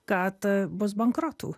kad bus bankrotų